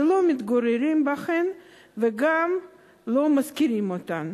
שלא מתגוררים בהן וגם לא משכירים אותן.